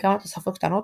עם כמה תוספות קטנות,